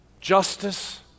justice